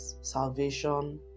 salvation